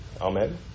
Amen